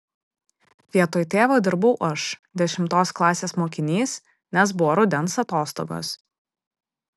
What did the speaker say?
vietoj tėvo dirbau aš dešimtos klasės mokinys nes buvo rudens atostogos